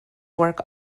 work